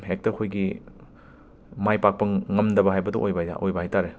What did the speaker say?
ꯍꯦꯛꯇ ꯑꯩꯈꯣꯏꯒꯤ ꯃꯥꯏ ꯄꯥꯛꯄ ꯉ ꯉꯝꯗꯕ ꯍꯥꯏꯕꯗꯣ ꯑꯣꯏꯕ ꯑꯣꯏꯕ ꯍꯥꯏꯇꯥꯔꯦ